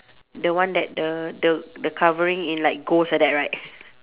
the one that the the the covering in like ghost like that right